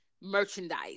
merchandise